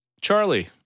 Charlie